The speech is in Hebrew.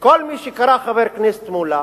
כל מי שקרא, חבר הכנסת מולה,